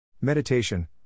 Meditation